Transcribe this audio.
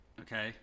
okay